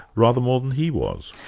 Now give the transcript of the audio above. rather more than he was.